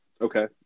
Okay